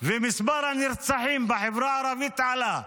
ומספר הנרצחים בחברה הערבית עלה.